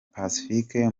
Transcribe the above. pacifique